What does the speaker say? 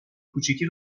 کوچیکی